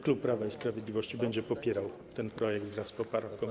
Klub Prawo i Sprawiedliwość będzie popierał ten projekt wraz z poprawką.